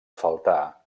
faltar